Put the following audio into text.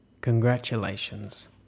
Congratulations